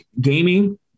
gaming